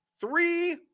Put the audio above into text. three